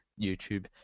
YouTube